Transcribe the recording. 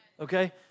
Okay